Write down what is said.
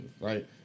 right